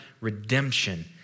redemption